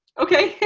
okay.